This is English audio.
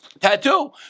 Tattoo